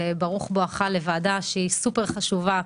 ברוך בואך לוועדה שהיא סופר-חשובה,